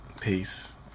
peace